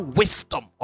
wisdom